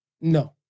No